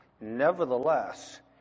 nevertheless